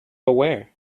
aware